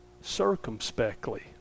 circumspectly